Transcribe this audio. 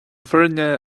foirne